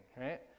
right